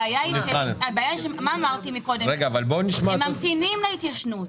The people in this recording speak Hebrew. הם ממתינים להתיישנות.